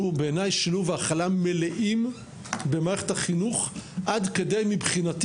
בעיניי שילוב והכלה מלאים במערכת החינוך עד כדי מבחינתי